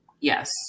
Yes